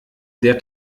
der